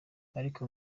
ariko